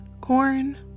Corn